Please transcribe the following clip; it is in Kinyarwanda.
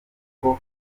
uko